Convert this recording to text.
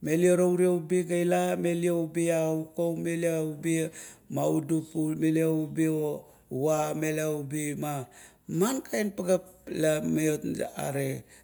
Melio ubi a kaukau, melio ubi mau udup, melio ubi ova, melio maman kain pageap, la maiot gare